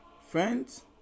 friends